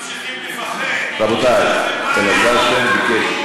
ממשיכים לפחד, רבותי, אלעזר שטרן ביקש.